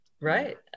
Right